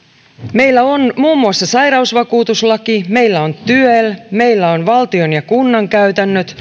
meillä on muun muassa sairausvakuutuslaki meillä on tyel meillä on valtion ja kunnan käytännöt